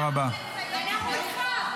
מה זה פה, שוק?